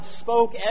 spoke